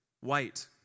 White